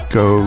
go